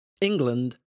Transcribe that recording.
England